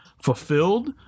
fulfilled